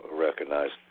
recognized